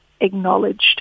acknowledged